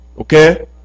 Okay